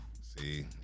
See